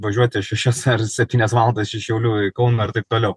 važiuoti šešias ar septynias valandas iš šiaulių į kauną ir taip toliau